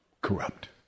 corrupt